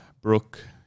Brooke